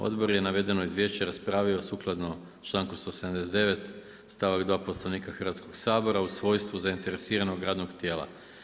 Odbor je navedeno izvješće raspravio sukladno članku 179. stavak 2. Poslovnika Hrvatskoga sabora u svojstvu zainteresiranog radnog tijela.